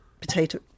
potato